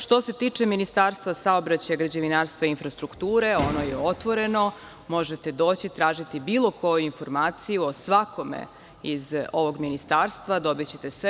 Što se tiče Ministarstva saobraćaja, građevinarstva, infrastrukture, ono je otvoreno, možete doći, tražiti bilo koju informaciju o svakome iz ovog ministarstva, dobićete sve.